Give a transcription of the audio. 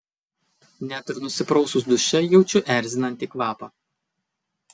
net ir nusiprausus duše jaučiu erzinantį kvapą